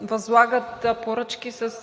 възлагат поръчки с